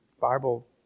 Bible